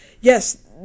yes